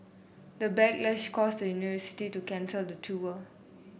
the backlash caused the university to cancel the tour